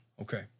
Okay